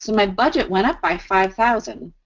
so my budget went up by five thousand